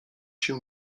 się